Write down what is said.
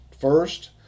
first